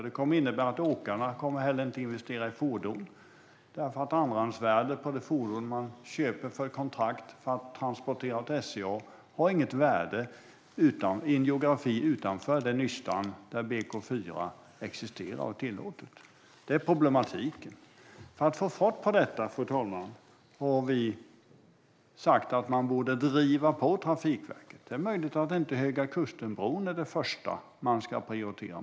Det innebär också att åkarna inte kommer att investera i fordon eftersom andrahandsvärdet på det fordon som man köper för ett kontrakt om att transportera åt SCA inte har något värde utanför det nystan där BK4 existerar och är tillåtet. Det är problematiken. Fru talman! För att få fart på detta har vi sagt att man borde driva på Trafikverket. Det är möjligt att Högakustenbron inte är det första som ska prioriteras.